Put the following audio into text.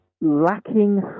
lacking